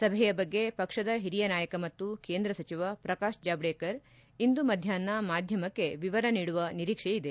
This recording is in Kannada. ಸಭೆಯ ಬಗ್ಗೆ ಪಕ್ಷದ ಹಿರಿಯ ನಾಯಕ ಮತ್ತು ಕೇಂದ್ರ ಸಚಿವ ಪ್ರಕಾಶ್ ಜಾವ್ವೇಕರ್ ಇಂದು ಮಧ್ಯಾಪ್ನ ಮಾಧ್ಯಮಕ್ಕೆ ವಿವರ ನೀಡುವ ನಿರೀಕ್ಷೆ ಇದೆ